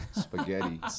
Spaghetti